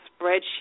spreadsheet